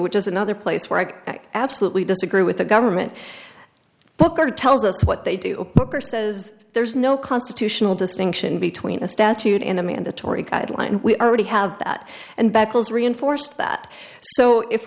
which is another place where i absolutely disagree with the government booker tells us what they do says there's no constitutional distinction between a statute in a mandatory guideline we already have that and buckles reinforced that so if